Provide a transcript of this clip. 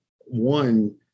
one